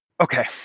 okay